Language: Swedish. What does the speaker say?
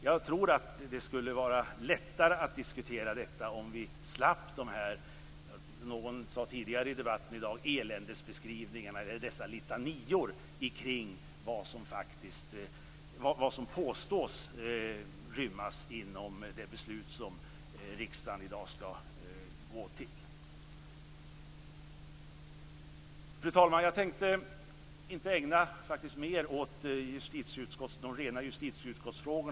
Jag tror att det skulle vara lättare att diskutera detta om vi slapp de här eländesbeskrivningarna, som någon sade tidigare i debatten i dag. Det vore lättare om vi slapp dessa litanior om vad som påstås rymmas inom det beslut som riksdagen i dag skall gå till. Fru talman! Jag tänkte faktiskt inte ägna mig mer åt rena justitieutskottsfrågor.